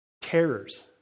terrors